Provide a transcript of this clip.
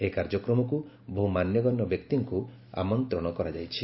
ଏହି କାର୍ଯ୍ୟକ୍ରମକୁ ବହୁ ମାନ୍ୟଗଣ୍ୟ ବ୍ୟକ୍ତିଙ୍କୁ ଆମନ୍ତ୍ରଣ କରାଯାଇଛି